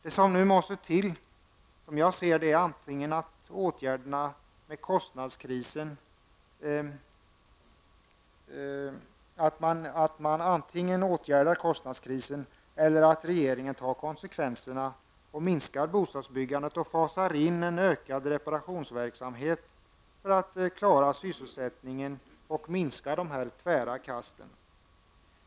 Det som nu måste till, som jag ser det, är antingen att man åtgärdar kostnadskrisen eller också att regeringen tar konsekvenserna och minskar bostadsbyggandet och fasar in en ökad reparationsverksamhet för att klara sysselsättningen och minska tvära kast här.